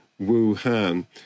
Wuhan